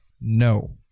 No